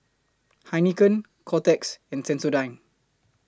Heinekein Kotex and Sensodyne